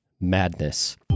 Madness